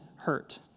hurt